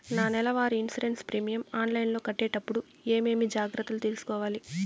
నా నెల వారి ఇన్సూరెన్సు ప్రీమియం ఆన్లైన్లో కట్టేటప్పుడు ఏమేమి జాగ్రత్త లు తీసుకోవాలి?